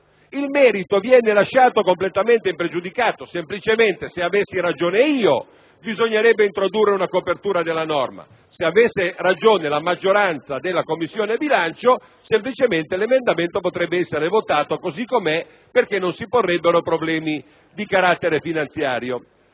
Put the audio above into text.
Il merito viene lasciato completamente impregiudicato. Se avessi ragione io, bisognerebbe introdurre una copertura della norma, se avesse ragione la maggioranza della Commissione bilancio, l'emendamento potrebbe essere votato così com'è, perché non si porrebbero problemi di carattere finanziario.